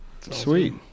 Sweet